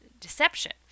deception